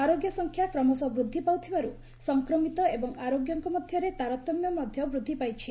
ଆରୋଗ୍ୟ ସଂଖ୍ୟା କ୍ରମଶଃ ବୃଦ୍ଧି ପାଉଥିବାରୁ ସଂକ୍ରମିତ ଏବଂ ଆରୋଗ୍ୟଙ୍କ ମଧ୍ୟରେ ତାରତମ୍ୟ ମଧ୍ୟ ବୃଦ୍ଧି ପାଇଛି